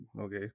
okay